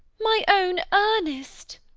my own ernest!